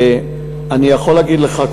אני יכול להגיד לך,